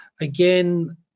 again